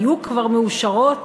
היו כבר מאושרות